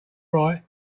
right